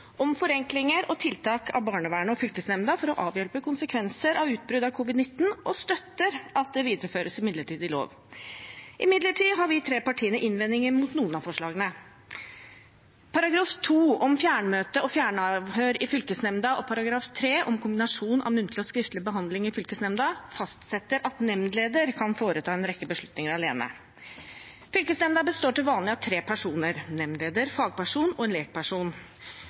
om forenklinger og tiltak for barnevernet og fylkesnemnda for å avhjelpe konsekvenser av utbrudd av covid-19, og støtter at det videreføres i midlertidig lov. Imidlertid har vi tre partiene innvendinger mot noen av forslagene. Paragraf 2, om fjernmøte og fjernavhør i fylkesnemnda, og § 3, om kombinasjon av muntlig og skriftlig behandling i fylkesnemnda, fastsetter at nemndleder kan foreta en rekke beslutninger alene. Fylkesnemnda består til vanlig av tre personer: nemndleder, fagperson og en lekperson.